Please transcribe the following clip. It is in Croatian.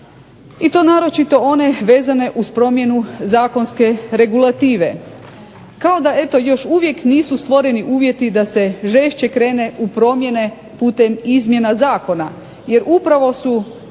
i to naročito one vezane uz promjenu zakonske regulative, kao da eto još uvijek nisu stvoreni uvjeti da se žešće krene u promjene putem izmjena zakona. Jer upravo su